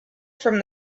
from